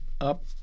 up